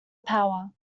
power